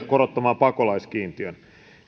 korottamaan pakolaiskiintiön peräti kahteentuhanteen